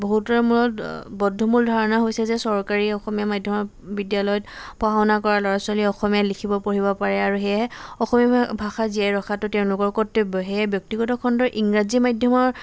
বহুতৰ মূলত বদ্ধমূল ধাৰণা হৈছে যে চৰকাৰী অসমীয়া মাধ্যমৰ বিদ্যালয়ত পঢ়া শুনা কৰা ল'ৰা ছোৱালী অসমীয়া লিখিব পঢ়িব পাৰে আৰু সেয়েহে অসমীয়া ভাষা জীয়াই ৰখাটো তেওঁলোকৰ কৰ্তব্য সেয়ে ব্যক্তিগত খণ্ডৰ ইংৰাজী মাধ্যমৰ